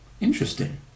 interesting